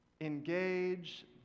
engage